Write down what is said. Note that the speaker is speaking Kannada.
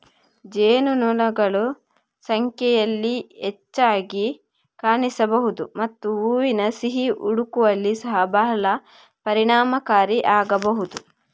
ಜೇನುನೊಣಗಳು ಸಂಖ್ಯೆಯಲ್ಲಿ ಹೆಚ್ಚಾಗಿ ಕಾಣಿಸಬಹುದು ಮತ್ತು ಹೂವಿನ ಸಿಹಿ ಹುಡುಕುವಲ್ಲಿ ಸಹ ಬಹಳ ಪರಿಣಾಮಕಾರಿಯಾಗಬಹುದು